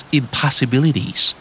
impossibilities